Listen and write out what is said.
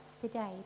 today